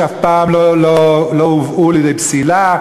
שאף פעם לא הובאו לידי פסילה.